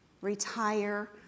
Retire